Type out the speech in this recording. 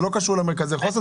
זה לא קשור למרכזי חוסן,